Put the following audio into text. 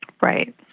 Right